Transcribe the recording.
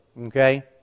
okay